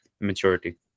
maturity